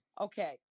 Okay